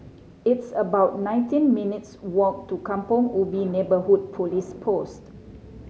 it's about nineteen minutes' walk to Kampong Ubi Neighbourhood Police Post